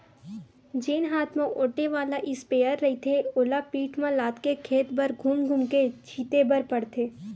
जेन हात म ओटे वाला इस्पेयर रहिथे ओला पीठ म लादके खेत भर धूम धूम के छिते बर परथे